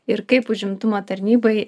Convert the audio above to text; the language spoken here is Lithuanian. ir kaip užimtumo tarnybai